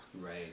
Right